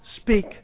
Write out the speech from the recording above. speak